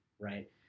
right